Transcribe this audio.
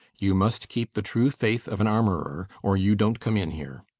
you must keep the true faith of an armorer, or you don't come in here.